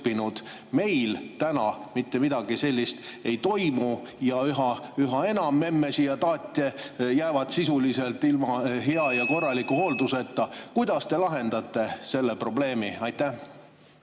Meil täna mitte midagi sellist ei toimu. Üha enam memmesid ja taate jäävad sisuliselt ilma hea ja korraliku hoolduseta. (Juhataja helistab kella.) Kuidas te lahendate selle probleemi? Aitäh,